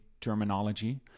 terminology